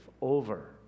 over